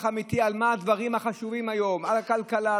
אמיתי על הדברים החשובים היום: על הכלכלה,